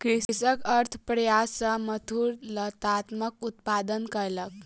कृषक अथक प्रयास सॅ मधुर लतामक उत्पादन कयलक